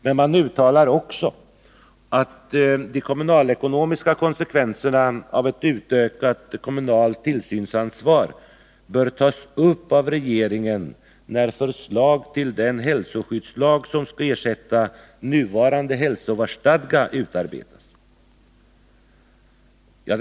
Men man uttalar också att de kommunalekonomiska konsekvenserna av ett utökat kommunalt tillsynsansvar bör tas upp av regeringen när förslag till den hälsoskyddslag som skall ersätta nuvarande hälsovårdsstadga utarbetas.